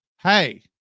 hey